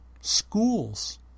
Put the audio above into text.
schools